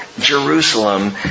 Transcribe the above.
Jerusalem